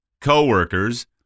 co-workers